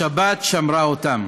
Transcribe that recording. השבת שמרה אותם".